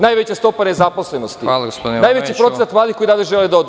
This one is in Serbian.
Najveća stopa nezaposlenosti, najveći procenat mladih koji odavde žele da odu.